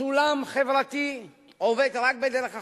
סולם חברתי עובד רק בדרך אחת.